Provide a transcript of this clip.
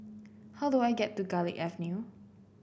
how do I get to Garlick Avenue